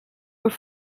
were